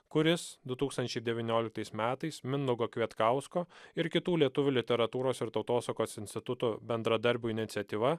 kuris du tūkstančiai devynioliktais metais mindaugo kvietkausko ir kitų lietuvių literatūros ir tautosakos instituto bendradarbių iniciatyva